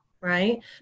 right